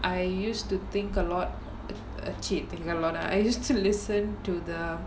I used to think a lot cheating lot a I used to listen to the